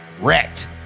Wrecked